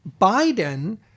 Biden